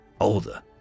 older